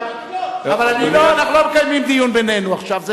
אבל אנחנו לא מקיימים דיון בינינו עכשיו.